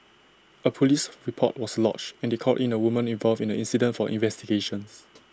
A Police report was lodged and they called in A woman involved in the incident for investigations